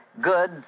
Good